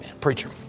Preacher